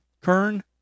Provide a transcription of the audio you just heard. Kern